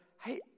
hey